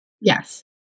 Yes